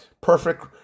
Perfect